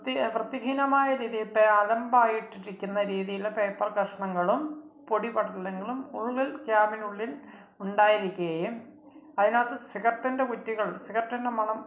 വൃത്തിഹീനമായ രീതിയിലത്തെ അലമ്പായിട്ടിട്ടിരിക്കുന്ന രീതിയിലെ പേപ്പർ കഷ്ണങ്ങളും പൊടിപടലങ്ങളും ഉള്ളിൽ ക്യാബിനുള്ളിൽ ഉണ്ടായിരിക്കുകയും അതിനകത്ത് സിഗരറ്റിൻ്റെ കുറ്റികൾ സിഗരറ്റിൻ്റെ മണം